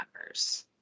members